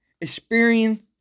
Experience